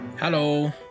Hello